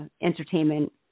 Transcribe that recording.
entertainment